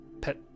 pet